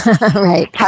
right